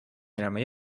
minema